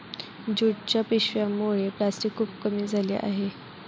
ज्यूटच्या पिशव्यांमुळे प्लॅस्टिक खूप कमी झाले आहे